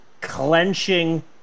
clenching